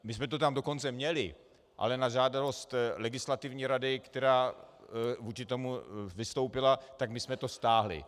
My jsme to tam dokonce měli, ale na žádost legislativní rady, která vůči tomu vystoupila, jsme to stáhli.